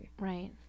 Right